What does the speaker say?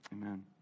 Amen